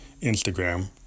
Instagram